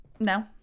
no